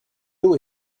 l’eau